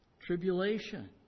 tribulation